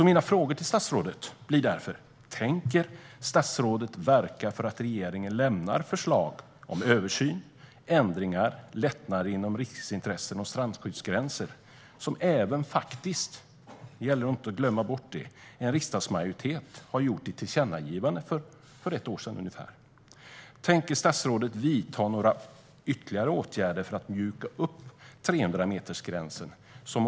Mina frågor till statsrådet blir därför: Tänker statsrådet verka för att regeringen lämnar förslag om översyn, ändringar och lättnader inom riksintressen och strandskyddsgränser? Vi får inte glömma att en riksdagsmajoritet för ungefär ett år sedan gjorde ett tillkännagivande om detta. Tänker statsrådet vidta några ytterligare åtgärder för att mjuka upp 300-metersgränsen?